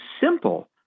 simple